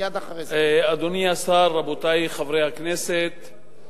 אדוני השר, רבותי חברי הכנסת,